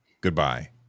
goodbye